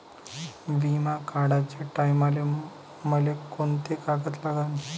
बिमा काढाचे टायमाले मले कोंते कागद लागन?